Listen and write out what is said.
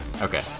Okay